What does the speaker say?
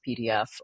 PDF